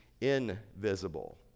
invisible